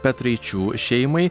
petraičių šeimai